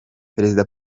perezida